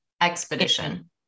Expedition